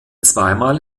zweimal